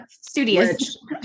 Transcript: Studious